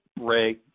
Ray